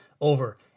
over